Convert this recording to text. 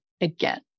again